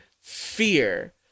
fear